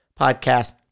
podcast